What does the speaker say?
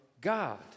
God